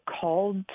called